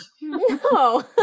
No